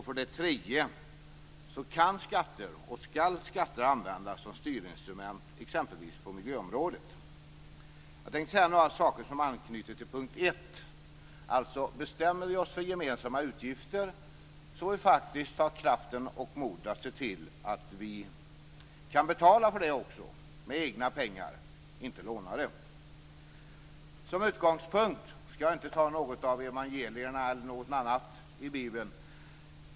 För det tredje kan och skall skatter användas som styrinstrument, exempelvis på miljöområdet. Jag tänkte säga några saker som anknyter till punkt ett, dvs. bestämmer vi oss för gemensamma utgifter får vi faktiskt ha kraften och modet att se till att vi kan betala för det också med egna pengar, inte lånade. Som utgångspunkt skall jag inte ta något av evangelierna eller något annat ur Bibeln.